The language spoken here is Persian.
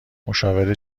مشاوره